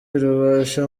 rubasha